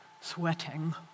sweating